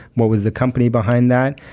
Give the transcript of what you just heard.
what was the company behind that,